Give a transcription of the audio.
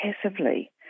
passively